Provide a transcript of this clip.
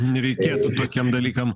nereikėtų tokiem dalykam